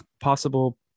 possible